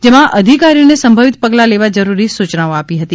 જેમાં અધિકારીઓને સંભવિત પગલાં લેવા જરૂરી સૂચનાઓ આપી હતી